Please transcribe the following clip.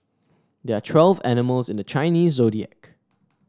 there are twelve animals in the Chinese Zodiac